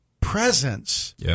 presence